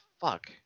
Fuck